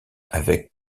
avec